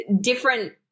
different